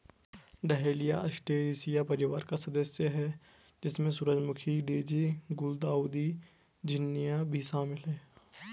dahlia Asteraceae परिवार का सदस्य है, जिसमें सूरजमुखी, डेज़ी, गुलदाउदी, झिननिया भी शामिल है